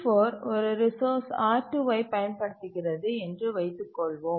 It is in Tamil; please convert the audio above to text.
T4 ஒரு ரிசோர்ஸ் R2ஐப் பயன்படுத்துகிறது என்று வைத்துக்கொள்வோம்